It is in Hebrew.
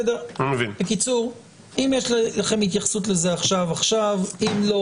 אם יש לכם התייחסות לזה עכשיו עכשיו, אם לא